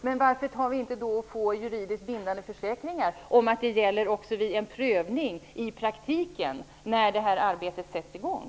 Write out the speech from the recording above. Men varför kan vi då inte få juridiskt bindande försäkringar om att det gäller också vid en prövning i praktiken när detta arbete sätts i gång?